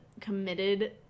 committed